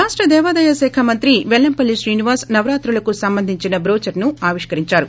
రాష్ణ దేవాదాయ శాఖ మంత్రి పెల్లంపల్లి శ్రీనివాస్ నవరాత్రులకు సంబంధించిన ట్రోచేర్ని ఆవిష్కరించారు